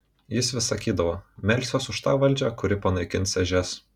jis vis sakydavo melsiuos už tą valdžią kuri panaikins ežias